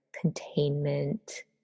containment